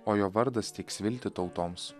o jo vardas teiks viltį tautoms